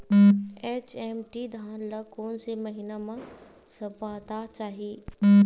HMT धान ल कोन से महिना म सप्ता चाही?